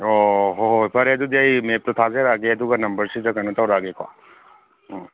ꯑꯣ ꯍꯣꯏ ꯍꯣꯏ ꯐꯔꯦ ꯑꯗꯨꯗꯤ ꯑꯩ ꯃꯦꯞꯇꯣ ꯊꯥꯖꯔꯛꯑꯒꯦ ꯑꯗꯨꯒ ꯅꯝꯕꯔꯁꯤꯗ ꯀꯩꯅꯣ ꯇꯧꯔꯛꯑꯒꯦꯀꯣ ꯎꯝ